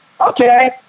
okay